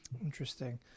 Interesting